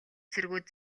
цэргүүд